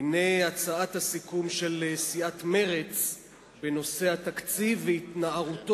הנה הצעת הסיכום של סיעת מרצ בנושא התקציב והתנערותו